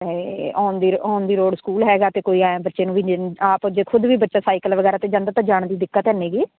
ਅਤੇ on the ਰੋ on the road school ਹੈਗਾ ਤੇ ਕੋਈ ਐਂ ਬੱਚੇ ਨੂੰ ਵੀ ਦਿੰ ਆਪ ਜੇ ਖੁਦ ਵੀ ਬੱਚਾ ਸਾਈਕਲ ਵਗੈਰਾ 'ਤੇ ਜਾਂਦਾ ਤਾਂ ਜਾਣ ਦੀ ਦਿੱਕਤ ਹੈ ਨਹੀਂ ਗੀ